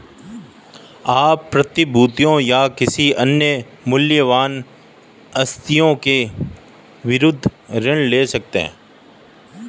आप प्रतिभूतियों या किसी अन्य मूल्यवान आस्तियों के विरुद्ध ऋण ले सकते हैं